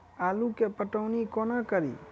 आलु केँ पटौनी कोना कड़ी?